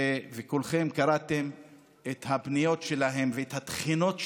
וכולכם קראתם את הפניות שלהם ואת התחינות שלהם,